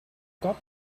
cop